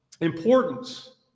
importance